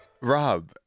Rob